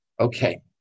Okay